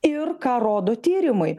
ir ką rodo tyrimai